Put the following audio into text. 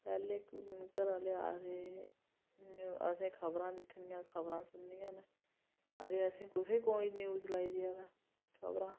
पैह्ले इक घरै आह्ले आखदे असें खबरां दिक्खनियां खबरां सुननियां न ते असें कुसै कोई न्यूज़ लाई देआ दा खबरां